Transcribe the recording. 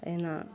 एहिना